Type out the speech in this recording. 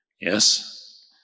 Yes